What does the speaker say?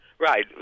Right